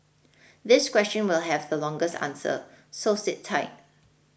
this question will have the longest answer so sit tight